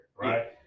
right